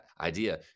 idea